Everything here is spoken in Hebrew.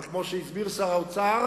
אבל כמו שהסביר שר האוצר,